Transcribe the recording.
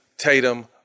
Tatum